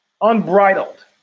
unbridled